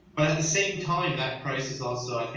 but at the same time that crisis also, i